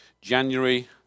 January